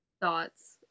thoughts